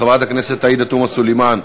חברת הכנסת עאידה תומא סלימאן.